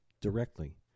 Directly